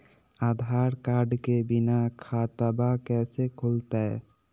आधार card के बिना खाताबा कैसे खुल तय?